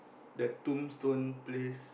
the tombstone place